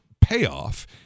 payoff